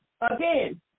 Again